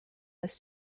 this